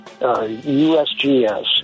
USGS